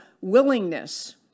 willingness